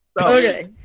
Okay